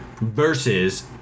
versus